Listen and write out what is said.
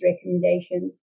recommendations